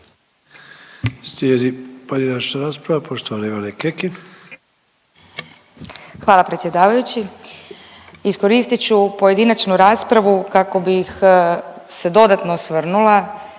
Hvala predsjedavajući. Iskoristit ću pojedinačnu raspravu kako bih se dodatno osvrnula,